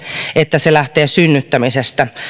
että se lähtee synnyttämisestä minä